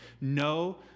No